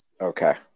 Okay